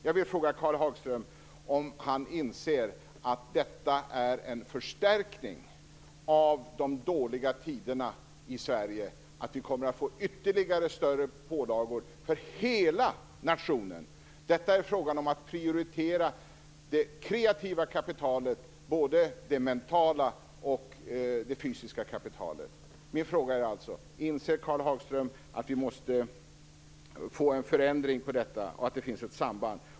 Jag vill fråga Karl Hagström om han inser att det är en förstärkning av de dåliga tiderna i Sverige att vi kommer att få ytterligare pålagor för hela nationen. Det är en fråga om att prioritera det kreativa kapitalet, både det mentala och det fysiska kapitalet. Min fråga är alltså: Inser Karl Hagström att vi måste få en förändring på den punkten och att det finns ett samband?